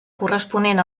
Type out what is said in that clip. corresponent